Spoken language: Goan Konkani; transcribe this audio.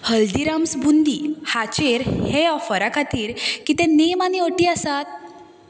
हल्दिराम्स बुंदी हाचेर हे ऑफरा खातीर कितें नेम आनी अटी आसात